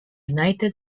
united